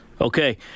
Okay